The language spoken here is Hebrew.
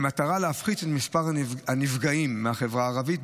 במטרה להפחית את מספר הנפגעים מהחברה הערבית.